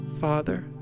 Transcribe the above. Father